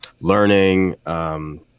learning